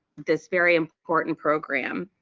this very important program.